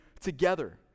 together